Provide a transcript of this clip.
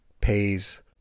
pays